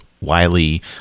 Wiley